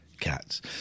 cats